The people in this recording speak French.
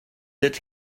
être